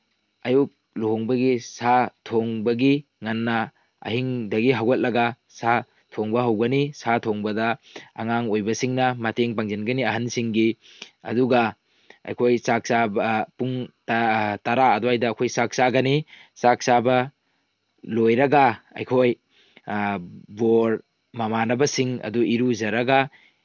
ꯑꯌꯨꯛ ꯂꯨꯍꯣꯡꯕꯒꯤ ꯁꯥ ꯊꯣꯡꯕꯒꯤ ꯉꯟꯅ ꯑꯍꯤꯡꯗꯒꯤ ꯍꯧꯒꯠꯂꯒ ꯁꯥ ꯊꯣꯡꯕ ꯍꯧꯒꯅꯤ ꯁꯥ ꯊꯣꯡꯕꯗ ꯑꯉꯥꯡ ꯑꯣꯏꯕꯁꯤꯡꯅ ꯃꯇꯦꯡ ꯄꯥꯡꯁꯤꯟꯒꯅꯤ ꯑꯍꯟꯁꯤꯡꯒꯤ ꯑꯗꯨꯒ ꯑꯩꯈꯣꯏ ꯆꯥꯛ ꯄꯨꯡ ꯇꯔꯥ ꯑꯗꯨꯋꯥꯏꯗ ꯑꯩꯈꯣꯏ ꯆꯥꯛ ꯆꯥꯒꯅꯤ ꯆꯥꯛ ꯆꯥꯕ ꯂꯣꯏꯔꯒ ꯑꯩꯈꯣꯏ ꯕꯣꯔ ꯃꯃꯥꯟꯅꯕꯁꯤꯡ ꯑꯗꯨ ꯏꯔꯨꯖꯔꯒ